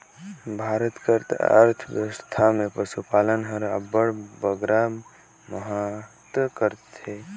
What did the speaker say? भारत कर अर्थबेवस्था में पसुपालन हर अब्बड़ बगरा महत रखथे